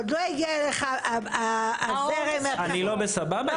עוד לא הגיע אליך הזרם --- אני לא בסבבה,